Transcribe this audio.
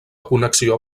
connexió